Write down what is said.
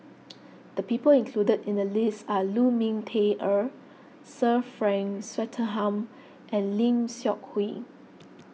the people include in the list are Lu Ming Teh Earl Sir Frank Swettenham and Lim Seok Hui